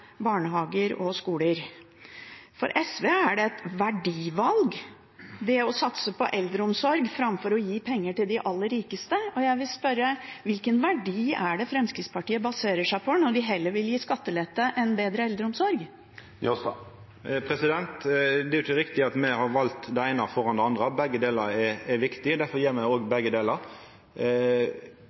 barnehager og skoler. For SV er det et verdivalg å satse på eldreomsorg framfor å gi penger til de aller rikeste, og jeg vil spørre: Hvilken verdi er det Fremskrittspartiet baserer seg på når de heller vil gi skattelette enn bedre eldreomsorg? Det er ikkje riktig at me har valt det eine framfor det andre. Begge delar er viktige, difor gjer me òg begge delar. Eg har sjølv bakgrunn som ordførar for ein kommune som er